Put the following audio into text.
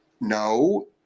no